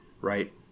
right